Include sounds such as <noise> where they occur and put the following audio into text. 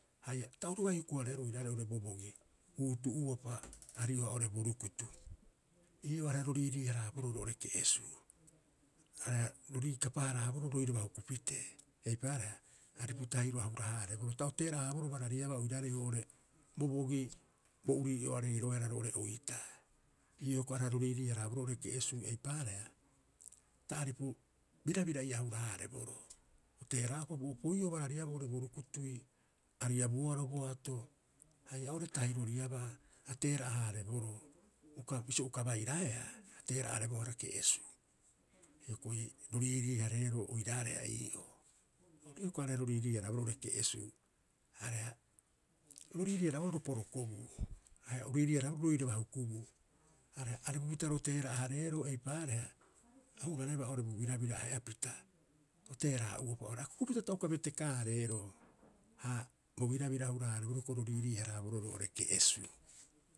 Haia ta oru bai huku- hareeroo oiraarei oo'ore bobogi uutu'uopa arioha oo'ore bo rukutu. Ii'oo iaareha ro riirii- haraaboroo roo'ore ke'esuu. Areha ro riikapa- haraaboroo roiraba huku pitee, eipaareha aripu tahiro a hura- haareboro ta oteera'a- haaboroo barariaba oiraarei oo'ore bobogi bo urii'oareiroehara roo'ore oitaa. Ii'oo hioko'i aareha ro riirii- haraaboro roo'ore ke'esuu, eipaareha ta aripu birabira ii'aa a hura- haareboroo o teera'upa bo opoi'oo barariabaa boorii bo rukutui, ariabuoaro boato haia oo'ore tahiroriaba a teera'a- haareboroo. <falses start> Bisio uka bairaea a teera'arebohara, ateera'arebohara ke'esuu. Hioko'i ro riirii- hareeroo oiraareha ii'oo. Ori ii'oo hioko'i aareha ro riirii- haraaboroo roo'ore ke'esuu areha ro riirii- haraboroo ro porokobuu, haia o riirii- haraaboroo roiraba hukubuu. Areha aripupita ro teera'a- hareero, eipaareha ahurarebaa oo'ore bo birabira ahe'epita o teera'a'uopa. Akukupita ta uka betekaa- hareeroo, ha bo birabira a hura- haareboroo areha ro riirii- haraaboroo roo'ore ke'esuu.